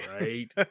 right